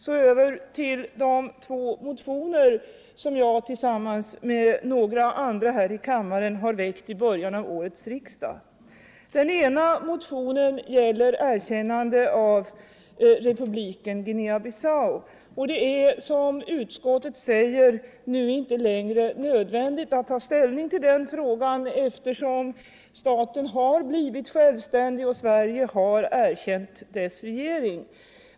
Så över till de två motioner som jag tillsammans med några andra ledamöter av kammaren har väckt i början av årets riksdag. Den ena motionen, nr 1269, gäller erkännande av republiken Guinea-Bissau. Det är, som utskottet säger, nu inte längre nödvändigt att ta ställning till den frågan, eftersom staten har blivit självständig och Sverige har erkänt dess regering.